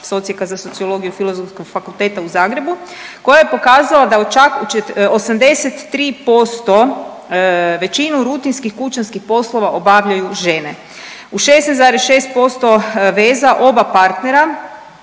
s Odsjeka za sociologiju Filozofskog fakulteta u Zagrebu koje je pokazalo da čak 83% većinu rutinskih kućanskih poslova obavljaju žene. U 16,6% veza oba partnera